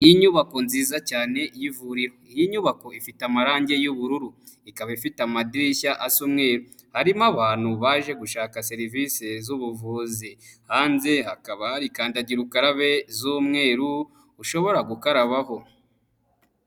Inyubako nziza cyane y'ivuriro, iyi nyubako ifite amarangi y'ubururu, ikaba ifite amadirishya asa umweru, harimo abantu baje gushaka serivisi z'ubuvuzi, hanze hakaba hari kandagira ukarabe z'umweru ushobora gukarabaho.